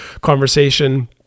conversation